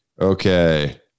okay